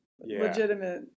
legitimate